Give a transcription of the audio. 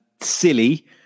silly